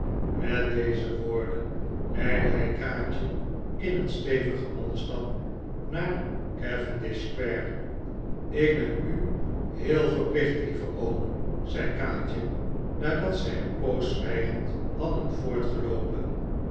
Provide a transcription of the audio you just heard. met deze woorden leidde hij kaatje in een steyigen mannenstap naar cavendish square ik ben u heel verplicht lieve oom zei kaatje nadat zij een pops zwijgend hadden